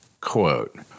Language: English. Quote